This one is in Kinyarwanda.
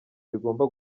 bigomba